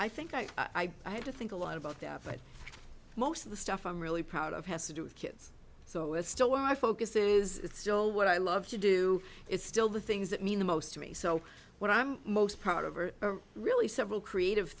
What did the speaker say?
i think i had to think a lot about that but most of the stuff i'm really proud of has to do with kids so it's still why focus is still what i love to do it's still the things that mean the most to me so what i'm most proud of are really several creative